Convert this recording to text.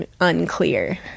unclear